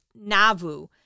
Nauvoo